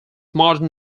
modern